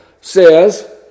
Says